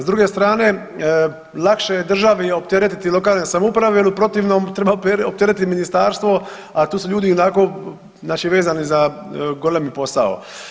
S druge strane lakše je državi opteretiti lokalne samouprave jel u protivnom treba opteretit ministarstvo, a tu su ljudi ionako znači vezani za golemi posao.